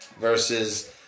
versus